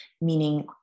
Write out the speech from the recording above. Meaning